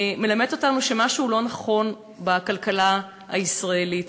שמשהו לא נכון בכלכלה הישראלית.